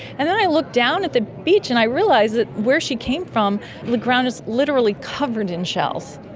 and then i looked down at the beach and i realised that where she came from the ground was literally covered in shells.